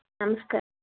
నమస్కారం